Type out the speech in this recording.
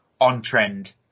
on-trend